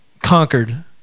conquered